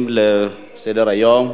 בעד, 10, אין מתנגדים.